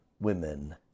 women